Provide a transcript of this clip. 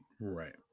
Right